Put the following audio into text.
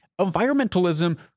environmentalism